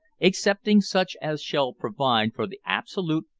excepting such as shall provide for the absolute,